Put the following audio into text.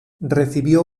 recibió